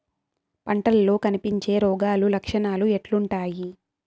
పంటల్లో కనిపించే రోగాలు లక్షణాలు ఎట్లుంటాయి?